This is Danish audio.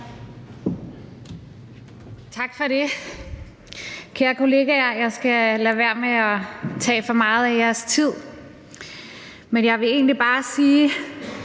Tak for det. Kære kollegaer, jeg skal lade være med at tage for meget af jeres tid. Jeg vil egentlig bare sige,